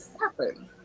happen